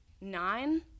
nine